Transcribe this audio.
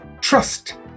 trust